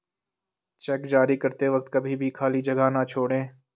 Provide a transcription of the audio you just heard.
check जारी करते वक्त कभी भी खाली जगह न छोड़ें